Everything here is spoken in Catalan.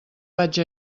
vaig